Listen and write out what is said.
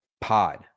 pod